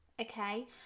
okay